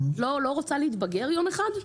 את לא רוצה להתבגר יום אחד?